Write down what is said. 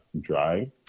dry